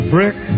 Brick